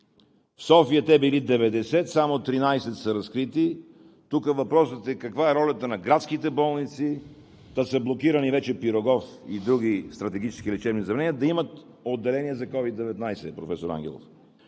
в София те били 90, само 13 са разкрити – тук въпросът е каква е ролята на градските болници, та са блокирани – вече „Пирогов“ и други стратегически лечебни заведения, да имат отделения за COVID-19, професор Ангелов?